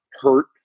hurt